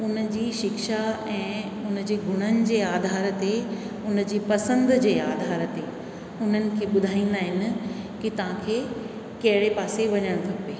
उन जी शिक्षा ऐं उन जे गुणनि जे आधार ते उन जी पसंदि जे आधार ते उन्हनि खे ॿुधाईंदा आहिनि कि तव्हां खे कहिड़े पासे वञणु खपे